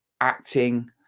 acting